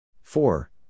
four